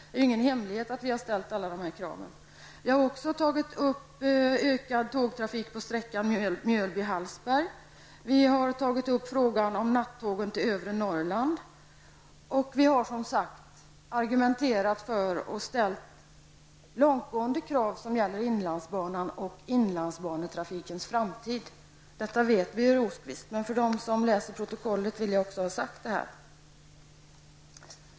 Det är ingen hemlighet att vi har ställt alla dessa krav. Vi har också tagit upp frågan om ökad tågtrafik på sträckan Mjölby--Hallsberg. Vi har tagit upp frågan om nattågen till övre Norrland, och vi har argumenterat för och ställt långtgående krav som gäller inlandsbanan och inlandsbanetrafikens framtid. Detta vet Birger Rosqvist, men jag vill säga detta som ett förtydligande till dem som läser protokollet.